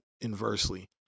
inversely